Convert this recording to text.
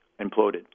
imploded